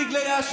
לך תראה.